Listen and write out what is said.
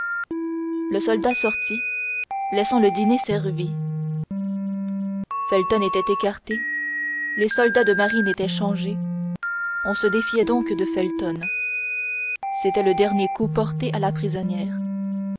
le soldat sortit laissant le dîner servi felton était écarté les soldats de marine étaient changés on se défiait donc de felton c'était le dernier coup porté à la prisonnière